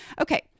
Okay